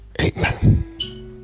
Amen